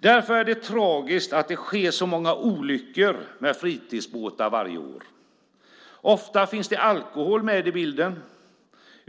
Därför är det tragiskt att det sker så många olyckor med fritidsbåtar varje år. Ofta finns det alkohol med i bilden.